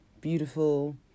beautiful